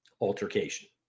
altercation